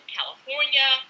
California